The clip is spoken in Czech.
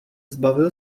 zbavil